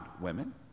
women